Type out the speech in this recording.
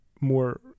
more